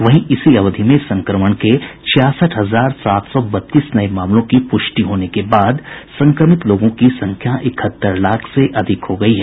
वहीं इसी अवधि में संक्रमण के छियासठ हजार सात सौ बत्तीस नये मामलों की प्रष्टि होने के बाद संक्रमित लोगों की संख्या इकहत्तर लाख से अधिक हो गई है